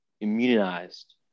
immunized